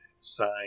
sign